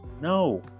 No